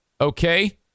okay